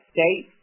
State